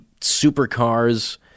supercars